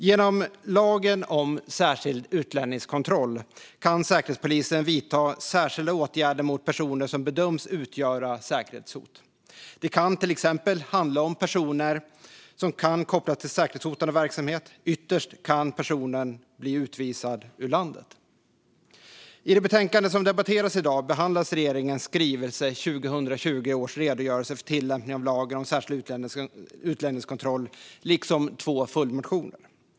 Genom lagen om särskild utlänningskontroll kan Säkerhetspolisen vidta särskilda åtgärder mot personer som bedöms utgöra ett säkerhetshot. Det kan till exempel handla om personer som kan kopplas till säkerhetshotande verksamhet. Ytterst kan personerna bli utvisade ur landet. I det betänkande som debatteras i dag behandlas regeringens skrivelse 2020 års redogörelse för tillämpningen av lagen om särskild utlänningskontroll liksom två följdmotioner.